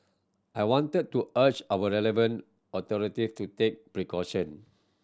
I wanted to urge our relevant authorities to take precaution